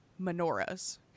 menorahs